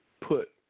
put